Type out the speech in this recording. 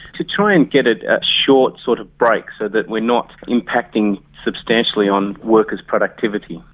to try and get at a short sort of break, so that we're not impacting substantially on workers' productivity.